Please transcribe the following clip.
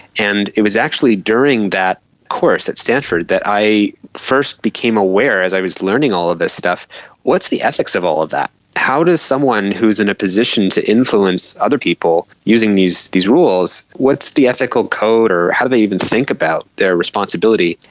and it was actually during that course at stanford that i first became aware as i was learning all of this stuff what's the ethics of all of that? how does someone who is in a position to influence other people using these these rules, what's the ethical code or how do they even think about their responsibility?